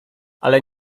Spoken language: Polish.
ale